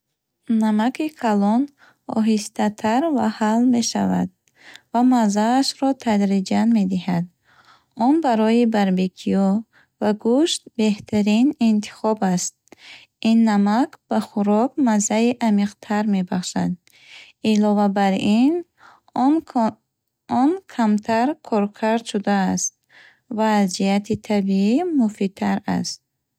Намаки калон оҳиста тар ва ҳал мешавад ва маззаашро тадриҷан медиҳад. Он барои барбекю ва гӯшт беҳтарин интихоб аст. Ин намак ба хӯрок маззаи амиқтар мебахшад. Илова бар ин, он ком он камтар коркард шудааст ва аз ҷиҳати табиӣ муфидтар аст.